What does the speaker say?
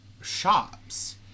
shops